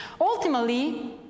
ultimately